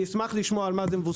אני אשמח לשמוע על מה זה מבוסס.